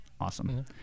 Awesome